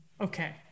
Okay